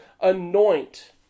anoint